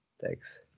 thanks